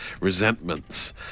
resentments